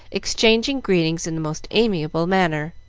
exchanging greetings in the most amiable manner.